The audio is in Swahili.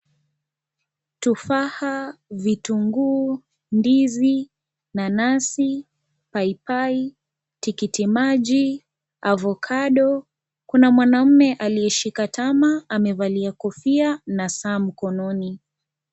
Tufaha, vitunguu, ndizi, nanasi, paipai, tikitikimaji avocado , kuna mwanaume aliyeshika tama, amevalia kofia na saa mkononi.